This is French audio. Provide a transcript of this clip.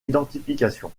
identification